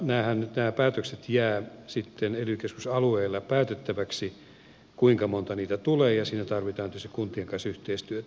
nämä päätöksethän jäävät sitten ely keskusalueelle päätettäväksi se kuinka monta niitä tulee ja siinä tarvitaan tietysti kuntien kanssa yhteistyötä